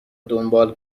دنبال